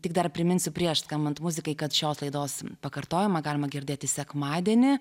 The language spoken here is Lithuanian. tik dar priminsiu prieš skambant muzikai kad šios laidos pakartojimą galima girdėti sekmadienį